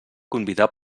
convidar